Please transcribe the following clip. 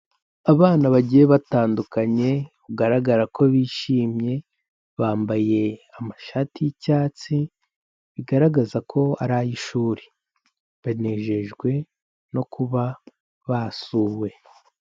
Abana bagiye batandukanye bugaragara ko bishimye, bambaye amashati y'icyatsi bigaragaza ko ari ay'ishuri, banejejwe no kuba basuwe.